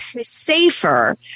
safer